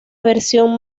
versión